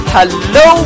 Hello